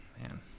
man